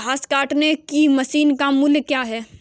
घास काटने की मशीन का मूल्य क्या है?